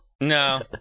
No